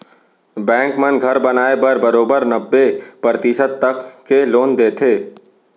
bank मन घर बनाए बर बरोबर नब्बे परतिसत तक के लोन देथे